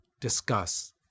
discuss